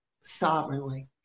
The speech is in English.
Sovereignly